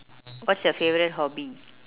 what's your favourite hobby